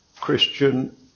Christian